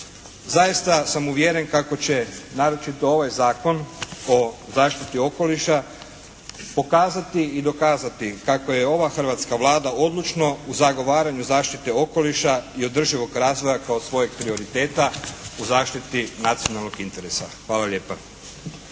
Zaista sam uvjeren kako će naročito ovaj Zakon o zaštiti okoliša pokazati i dokazati kako je ova hrvatska Vlada odlučna u zagovaranju zaštite okoliša i održivog razvoja kao svojeg prioriteta u zaštiti nacionalnog interesa. Hvala lijepa.